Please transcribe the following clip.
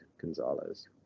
Gonzalez